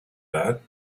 that